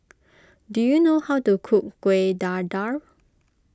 do you know how to cook Kueh Dadar